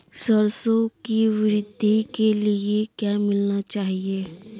सरसों की वृद्धि के लिए क्या मिलाना चाहिए?